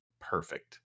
perfect